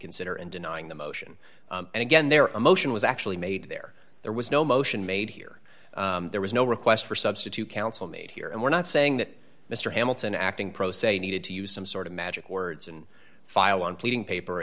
consider and denying the motion and again their emotion was actually made there there was no motion made here there was no request for substitute counsel made here and we're not saying that mr hamilton acting pro se needed to use some sort of magic words and file on pleading paper